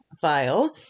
file